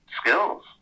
skills